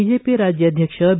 BJP ರಾಜ್ಯಾಧ್ಯಕ್ಷ B